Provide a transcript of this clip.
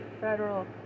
federal